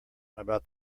about